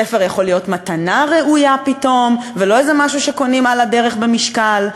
ספר יכול להיות מתנה ראויה פתאום ולא איזה משהו שקונים על הדרך במשקל.